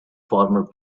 former